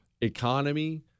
economy